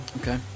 Okay